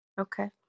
Okay